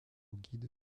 guide